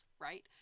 right